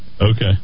Okay